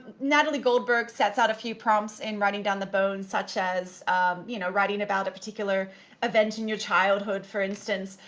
natalie goldberg sets out a few prompts in writing down the bones such as you know writing about a particular event in your childhood, for instance.